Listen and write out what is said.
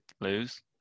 lose